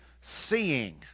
seeing